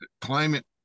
climate